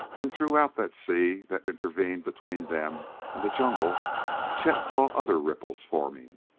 and throughout that sea that intervened between them and the jungle chet saw other ripples forming,